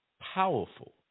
powerful